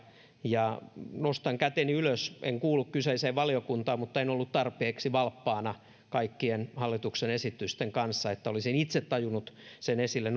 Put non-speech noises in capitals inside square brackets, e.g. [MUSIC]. nostan käteni ylös en kuulu kyseiseen valiokuntaan mutta en ollut tarpeeksi valppaana kaikkien hallituksen esitysten kanssa että olisin itse tajunnut sen esille [UNINTELLIGIBLE]